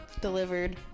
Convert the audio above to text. delivered